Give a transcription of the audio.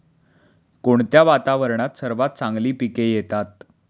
कोणत्या वातावरणात सर्वात चांगली पिके येतात?